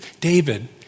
David